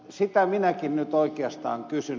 sitä minäkin nyt oikeastaan kysyn